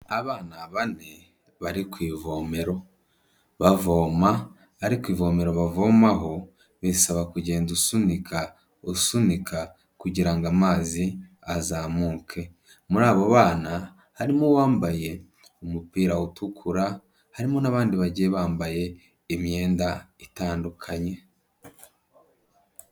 Abana bane bari ku ivomero bavoma, ariko ivomero bavomaho, bisaba kugenda usunika, usunika, kugira ngo amazi azamuke. Muri abo bana, harimo uwambaye umupira utukura, harimo n'abandi bagiye bambaye imyenda itandukanye.